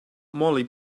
molly